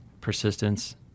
persistence